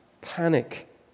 panic